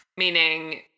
meaning